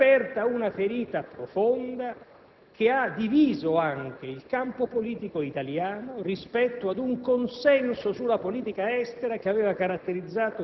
Non c'è il minimo dubbio che di fronte alla politica neoconservatrice dell'Amministrazione americana,